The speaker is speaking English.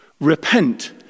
Repent